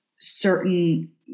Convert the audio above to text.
certain